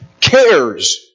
Cares